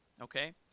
Okay